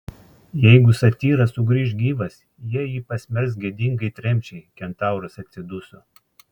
jeigu satyras sugrįš gyvas jie jį pasmerks gėdingai tremčiai kentauras atsiduso